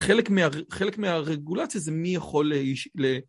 חלק חלק מהרגולציה זה מי יכול ל...